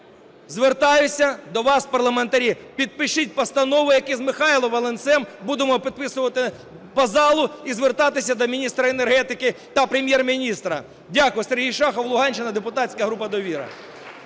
Звертаюся до вас, парламентарі. Підпишіть постанову, яку з Михайлом Волинцем будемо підписувати по залу, і звертатися до міністра енергетики та Прем'єр-міністра. Дякую. Сергій Шахов, Луганщина, депутатська група "Довіра".